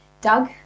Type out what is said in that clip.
Doug